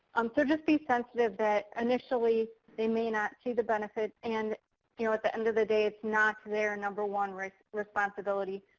um so just be sensitive that initially they may not see the benefits, and you know at the end of the day it's not their number one right responsibility.